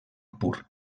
pur